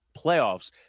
playoffs